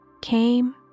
came